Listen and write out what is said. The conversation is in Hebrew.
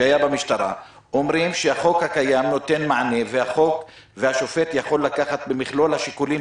שהיה במשטרה שהחוק הקיים נותן מענה והשופט יכול לקחת במכלול השיקולים